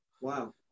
Wow